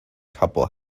couple